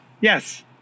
Yes